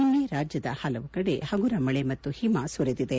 ನಿನ್ನೆ ರಾಜ್ಯದ ಕೆಲವು ಕಡೆ ಹಗುರ ಮಳೆ ಮತ್ತು ಹಿಮ ಸುರಿದಿದೆ